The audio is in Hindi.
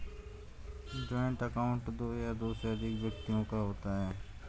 जॉइंट अकाउंट दो या दो से अधिक व्यक्तियों का होता है